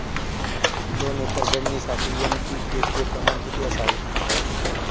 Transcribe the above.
दोन एकर जमीनीसाठी एन.पी.के चे प्रमाण किती असावे?